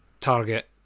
target